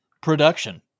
Production